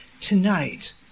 tonight